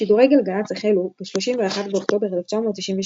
שידורי גלגלצ החלו ב-31 באוקטובר 1993,